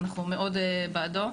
אנחנו מאוד בעדו.